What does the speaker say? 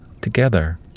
Together